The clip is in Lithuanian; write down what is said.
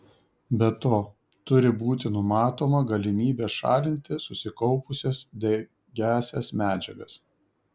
be to turi būti numatoma galimybė šalinti susikaupusias degiąsias medžiagas